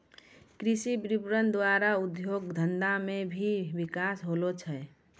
कृषि विपणन द्वारा उद्योग धंधा मे भी बिकास होलो छै